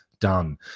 done